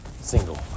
single